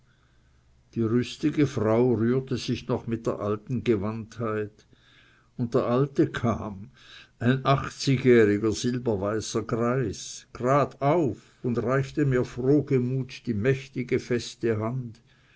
die rüstige frau rührte sich noch mit der alten gewandtheit und der alte kam ein achtzigjähriger silberweißer greis grad auf und reichte mir frohgemut die mächtige feste hand